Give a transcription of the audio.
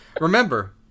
Remember